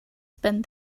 spent